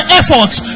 efforts